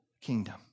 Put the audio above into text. kingdom